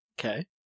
Okay